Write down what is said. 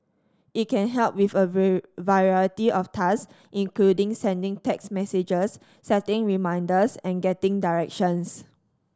it can help with a very variety of tasks including sending text messages setting reminders and getting directions